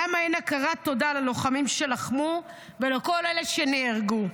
למה אין הכרת תודה ללוחמים שלחמו ולכל אלה שנהרגו?